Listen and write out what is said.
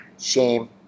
Shame